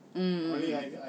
mm